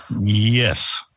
Yes